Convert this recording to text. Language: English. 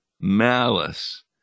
malice